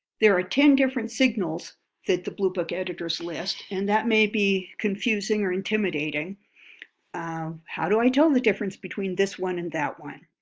there are ten different signals that the bluebook editors list, and that may be confusing or intimidating how do i tell the difference between this one and that one?